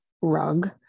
rug